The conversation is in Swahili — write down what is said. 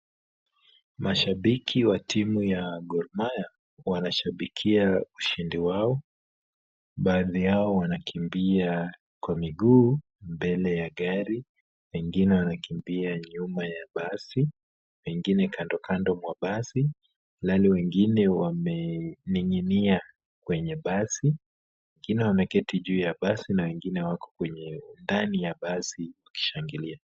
Mashabiki wa timu ya Gor Mahia wanashabikia ushindi wao. Baadhi yao wanakimbia kwa miguu mbele ya gari, wengine wanakimbia nyuma ya basi, na wengine kando kando mwa basi, ilhali wengine wamening'inia kwenye basi. Wengine wameketi juu ya basi na wengine wako kwenye ndani ya basi wakishangilia.